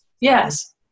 Yes